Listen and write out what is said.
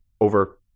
over